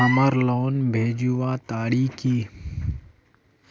हमार लोन भेजुआ तारीख की?